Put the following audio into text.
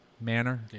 manner